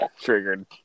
Triggered